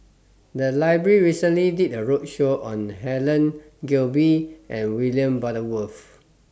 The Library recently did A roadshow on Helen Gilbey and William Butterworth